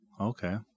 Okay